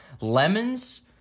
Lemons